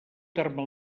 terme